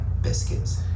biscuits